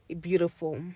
beautiful